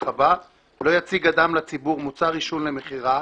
הבא: לא יציג אדם לציבור מוצר עישון למכירה.